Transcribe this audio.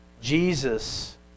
Jesus